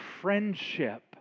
friendship